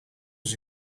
was